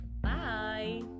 Bye